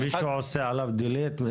מישהו עושה עליו דליט?